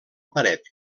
paret